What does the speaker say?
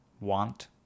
want